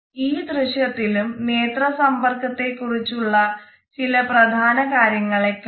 ഈ ദൃശ്യത്തിലും നേത്ര സമ്പർക്കത്തേ കുറിച്ചുള്ള ചില പ്രധാന കാര്യങ്ങളെ കാണാം